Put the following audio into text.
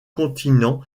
continents